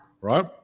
Right